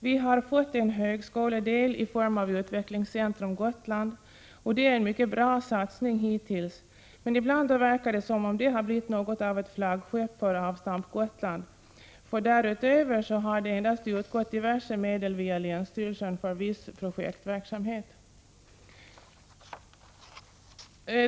Vi har fått en högskoledel i form av Utvecklingscentrum Gotland, och det är en mycket bra satsning hittills. Men ibland verkar det som om den satsningen blivit något av ett flaggskepp för Avstamp Gotland, för därutöver har det endast utgått diverse medel via länsstyrelsen för viss projektverksamhet.